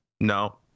No